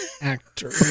actor